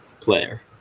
player